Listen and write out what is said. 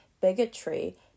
bigotry